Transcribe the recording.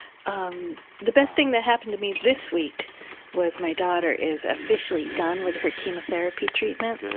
um the best thing that happened to me this week was my daughter is officially done with her chemotherapy treatment.